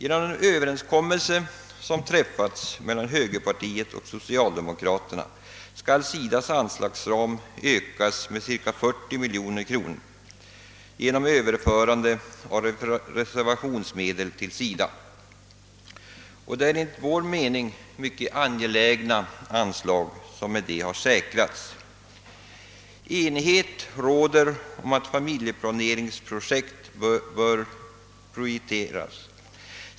Enligt överenskommelse som träffats mellan högerpartiet och socialdemokraterna skall SIDA:s anslagsram ökas med cirka 40 miljoner kronor genom Ööverförande av reservationsmedel till SIDA, och enligt vår mening har härmed mycket angeläget anslag säkrats. Enighet råder om att familjeplaneringsprojekt bör prioriteras.